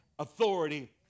authority